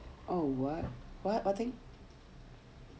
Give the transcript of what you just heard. oh what what thing